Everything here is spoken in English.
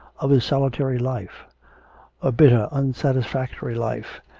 of his solitary life a bitter, unsatisfactory life,